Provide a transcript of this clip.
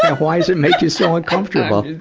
why is it make you so uncomfortable?